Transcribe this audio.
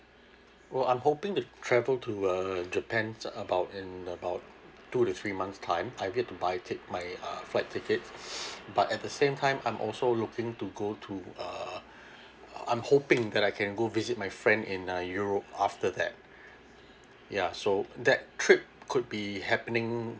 oh I'm hoping to travel to uh japan about and about two to three months time I get to buy tick my uh flight tickets but at the same time I'm also looking to go to uh uh I'm hoping that I can go visit my friend in uh europe after that ya so that trip could be happening